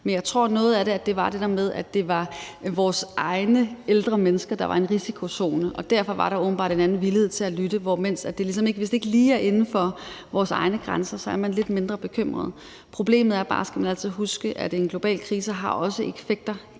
Men jeg tror, at noget af det var, at det var vores egne ældre mennesker, der var i risikozonen, og derfor var der åbenbart en anden villighed til at lytte. Men hvis det ikke lige er inden for vores egne grænser, er man lidt mindre bekymret. Problemet er bare, skal man altid huske, at en global krise også har effekter